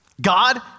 God